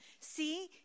See